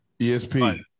ESP